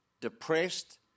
depressed